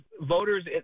voters